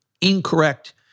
incorrect